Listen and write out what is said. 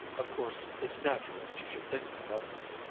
of course, it's natural that you should think that of me.